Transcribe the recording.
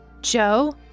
Joe